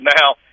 now